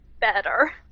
better